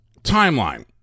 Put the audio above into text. Timeline